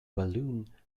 balloon